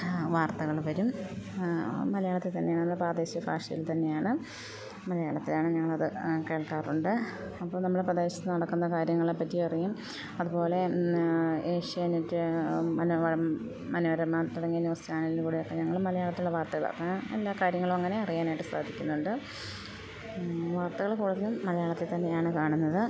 ആ വാർത്തകൾ വരും ആ മലയാളത്തിൽ തന്നെയാണ് പ്രാദേശീയ ഭാഷയിൽ തന്നെയാണ് മലയാളത്തിലാണ് ഞങ്ങളത് കേൾക്കാറുണ്ട് അപ്പം നമ്മളുടെ പ്രദേശത്ത് നടക്കുന്ന കാര്യങ്ങളെ പറ്റി അറിയും അതു പോലെ ഇന്ന് ഏഷ്യാനെറ്റ് മനോവഴം മനോരമ തുടങ്ങിയ ന്യൂസ് ചാനലലിലൂടെയൊക്കെ ഞങ്ങൾ മലയാളത്തുള്ള വാർത്തകൾ അപ്പം എല്ലാ കാര്യങ്ങളും അങ്ങനെ അറിയാനായിട്ട് സാധിക്കുന്നുണ്ട് വാർത്തകൾ കൂടുതലും മലയാളത്തിൽ തന്നെയാണ് കാണുന്ന ത്